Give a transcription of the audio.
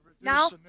now